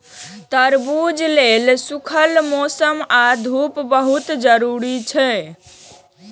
तरबूज लेल सूखल मौसम आ धूप बहुत जरूरी छै